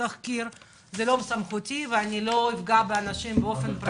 זה לא בסמכותי ולא אפגע באנשים באופן פרטי.